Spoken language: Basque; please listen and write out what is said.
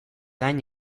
gain